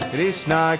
Krishna